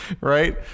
Right